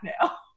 now